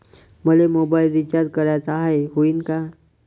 मले mobile recharge कराचा हाय, होईनं का?